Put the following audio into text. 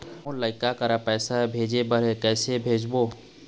मोर लइका करा पैसा भेजें बर हे, कइसे भेजबो?